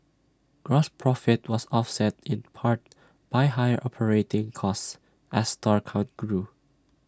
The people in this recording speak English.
gross profit was offset in part by higher operating costs as store count grew